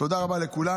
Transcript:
תודה רבה לכולם.